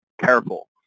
careful